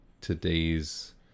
today's